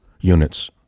units